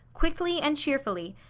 quickly and cheerfully,